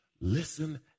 listen